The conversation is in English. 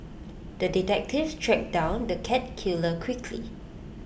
the detective tracked down the cat killer quickly